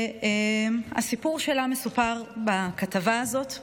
הסיפור שלה מסופר בכתבה הזאת.